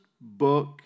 book